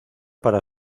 para